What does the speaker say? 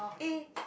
eh